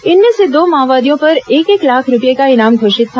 इनमें से दो माओवादियों पर एक एक लाख रूपये का इनाम घोषित था